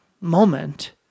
moment